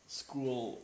school